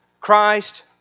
Christ